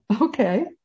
Okay